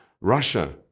Russia